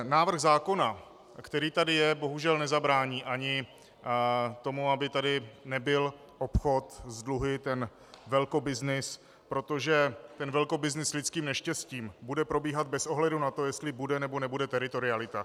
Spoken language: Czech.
Návrh zákona, který tady je, bohužel nezabrání ani tomu, aby tady nebyl obchod s dluhy, ten velkobyznys, protože velkobyznys s lidským neštěstím bude probíhat bez ohledu na to, jestli bude, nebo nebude teritorialita.